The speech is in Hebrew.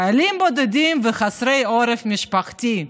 חיילים בודדים וחסרי עורף משפחתי,